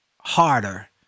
harder